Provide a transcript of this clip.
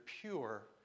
pure